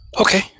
Okay